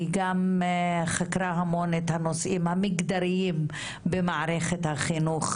היא גם חקרה המון את הנושאים המגדריים במערכת החינוך,